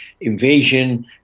invasion